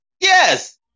Yes